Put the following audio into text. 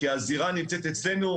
כי הזירה נמצאת אצלנו.